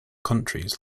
countries